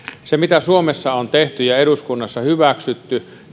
osalta mitä suomessa on tehty ja eduskunnassa hyväksytty